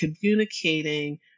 communicating